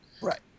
Right